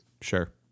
Sure